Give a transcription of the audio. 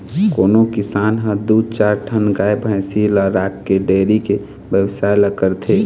कोनो किसान ह दू चार ठन गाय भइसी ल राखके डेयरी के बेवसाय ल करथे